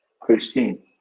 Christine